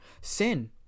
sin